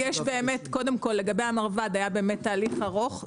לגבי המרב"ד, באמת היה תהליך ארוך.